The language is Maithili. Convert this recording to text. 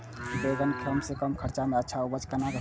बेंगन के कम से कम खर्चा में अच्छा उपज केना होते?